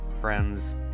Friends